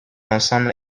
ensemble